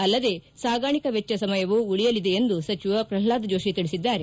ಅಲ್ಲದೇ ಸಾಗಾಣಿಕಾ ವೆಚ್ಚ ಸಮಯವೂ ಉಳಿಯಲಿದೆ ಎಂದು ಸಚಿವ ಪ್ರಹ್ಲಾದ್ ಜೋಷಿ ತಿಳಿಸಿದ್ದಾರೆ